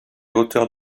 hauteurs